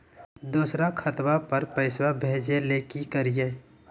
दोसर के खतवा पर पैसवा भेजे ले कि करिए?